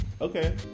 Okay